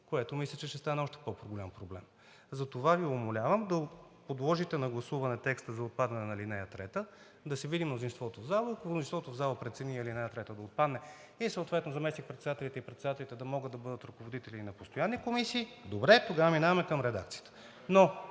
което мисля, че ще стане още по-голям проблем. Затова Ви умолявам да подложите на гласуване текста за отпадане на ал. 3, да се види мнозинството в залата и ако мнозинството в залата прецени ал. 3 да отпадне и съответно заместник-председателите и председателят да могат да бъдат ръководители и на постоянни комисии – добре, тогава минаваме към редакцията.